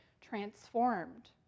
transformed